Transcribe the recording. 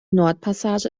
nordpassage